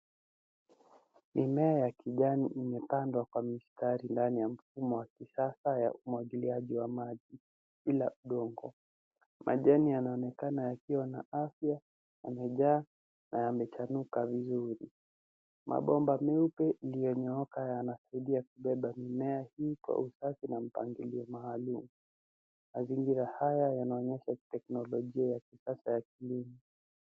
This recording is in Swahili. Mimea ya kijani imepandwa kwa mistari ndani ya mfumo wa kisasa ya umwagiliaji wa maji bila udongo. Majani yanaonekana yakiwa na afya, yamejaa na yamechanuka vizuri. Mabomba meupe iliyonyooka yanasaidia kubeba mimea hii kwa ukuaji na mpangilio maalum. Mazingira haya yanaonyesha teknolojia ya kisasa ya kilimo.